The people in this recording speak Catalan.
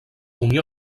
unió